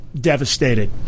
devastated